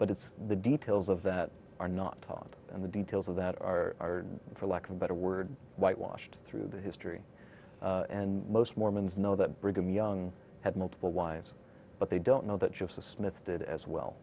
but it's the details of that are not taught and the details of that are for lack of a better word whitewashed through the history and most mormons know that brigham young had multiple wives but they don't know that joseph smith did as well